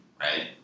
right